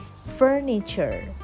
Furniture